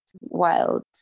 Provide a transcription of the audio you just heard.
wild